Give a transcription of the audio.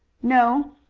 no.